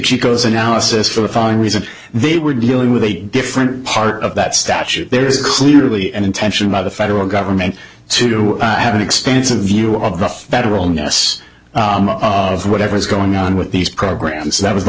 chico's analysis for the fine reason they were dealing with a different part of that statute there is clearly an intention by the federal government to have an extensive view of the federal ness of whatever's going on with these programs so that was the